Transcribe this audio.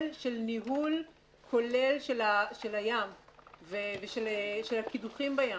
של ניהול כולל של הים ושל הקידוחים בים.